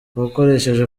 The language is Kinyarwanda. uwakoresheje